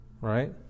Right